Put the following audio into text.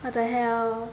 what the hell